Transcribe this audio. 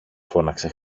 φώναξε